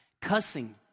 cussing